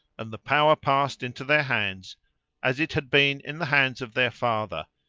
and the power passed into their hands as it had been in the hands of their father,